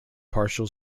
partial